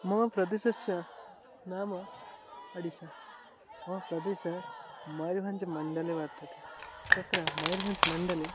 मम प्रदेशस्य नाम अडिशा मम प्रदेशः मर्वञ्चमण्डले वर्तते तत्र मर्वञ्चमण्डले